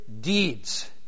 deeds